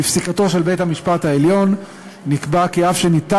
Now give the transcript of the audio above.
בפסיקתו של בית-המשפט העליון נקבע, כי אף שאפשר